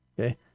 Okay